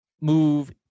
move